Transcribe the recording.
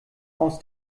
aus